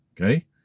Okay